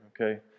okay